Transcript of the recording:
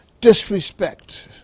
Disrespect